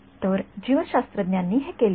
तर जीवशास्त्रज्ञांनी हे केले आहे